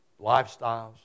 lifestyles